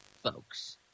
folks